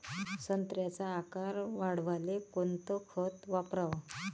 संत्र्याचा आकार वाढवाले कोणतं खत वापराव?